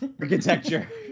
architecture